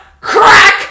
crack